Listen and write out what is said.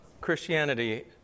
Christianity